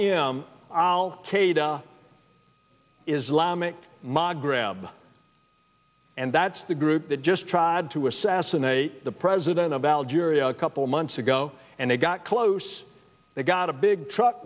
am i'll take islamic magreb and that's the group that just tried to assassinate the president of algeria a couple of months ago and they got close they got a big truck